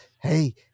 hey